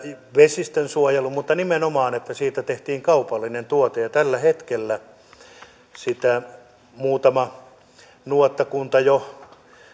vesistönsuojelun vuoksi mutta nimenomaan siitä tehtiin kaupallinen tuote ja tällä hetkellä sitä muutama nuottakunta jo